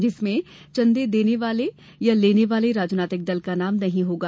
जिसमें चंदे देने वाले या लेने वाले राजनीतिक दल का नाम नहीं होगा